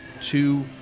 two